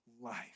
life